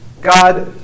God